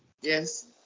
yes